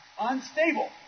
Unstable